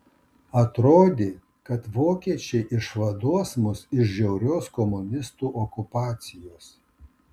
atrodė kad vokiečiai išvaduos mus iš žiaurios komunistų okupacijos